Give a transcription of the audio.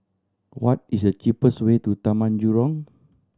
what is the cheapest way to Taman Jurong